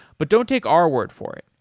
but don't take our word for it,